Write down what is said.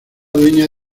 dueña